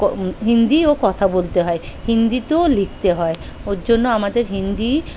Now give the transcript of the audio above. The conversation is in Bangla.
হিন্দিও কথা বলতে হয় হিন্দিতেও লিখতে হয় ওর জন্য আমাদের হিন্দি